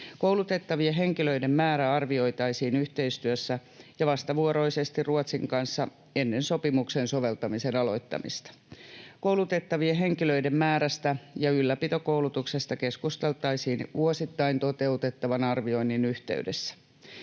Koulutettavien henkilöiden määrä arvioitaisiin yhteistyössä ja vastavuoroisesti Ruotsin kanssa ennen sopimuksen soveltamisen aloittamista. Koulutettavien henkilöiden määrästä ja ylläpitokoulutuksesta keskusteltaisiin vuosittain toteutettavan arvioinnin yhteydessä.